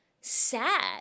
sad